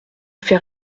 fait